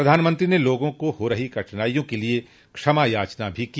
प्रधानमंत्री ने लोगों को हो रही कठिनाइयों के लिए क्षमायाचना भी की